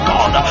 God